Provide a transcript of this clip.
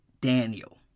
Daniel